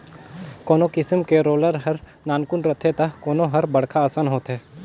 कोनो किसम के रोलर हर नानकुन रथे त कोनो हर बड़खा असन होथे